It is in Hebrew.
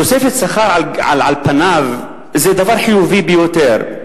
תוספת שכר, על פניו, זה דבר חיובי ביותר,